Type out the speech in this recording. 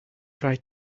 try